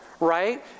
right